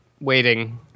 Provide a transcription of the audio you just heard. waiting